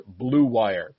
BLUEWIRE